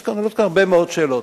עולות כאן הרבה מאוד שאלות.